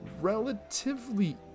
relatively